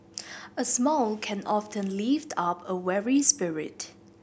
a smile can often lift up a weary spirit